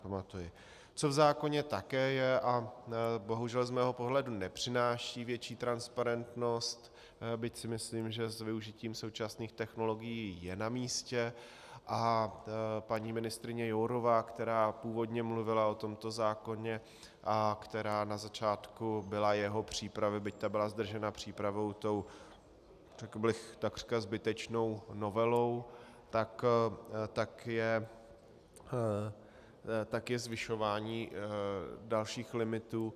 Co v zákoně také je a bohužel z mého pohledu nepřináší větší transparentnost, byť si myslím, že s využitím současných technologií je namístě, a paní ministryně Jourová, která původně mluvila o tomto zákoně a která na začátku byla u jeho přípravy, byť ta byla zdržena přípravou tou, řekl bych, takřka zbytečnou novelou, tak je zvyšování dalších limitů.